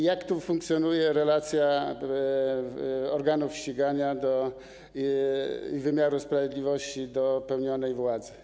Jak funkcjonuje tu relacja organów ścigania i wymiaru sprawiedliwości do pełnionej władzy?